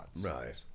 right